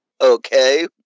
Okay